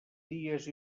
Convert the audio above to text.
dies